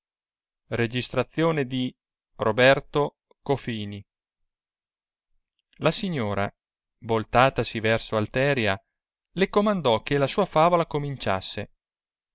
volta verrà la tua e voltatasi verso alteria le comandò che la sua favola cominciasse